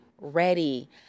ready